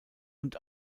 und